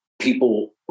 people